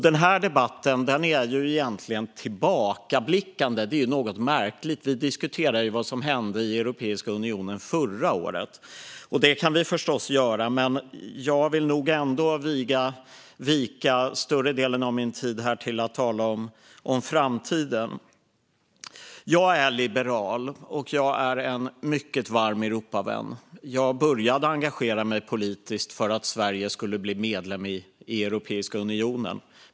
Den här debatten är egentligen tillbakablickande. Det är ju något märkligt att vi diskuterar vad som hände i Europeiska unionen förra året. Det kan vi förstås göra, men jag vill nog ändå vika större delen av min talartid till att tala om framtiden. Jag är liberal, och jag är en mycket varm Europavän. Jag började engagera mig politiskt för att Sverige skulle bli medlem i Europeiska unionen.